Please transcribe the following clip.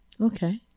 Okay